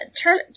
turn